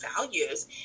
values